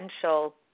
potential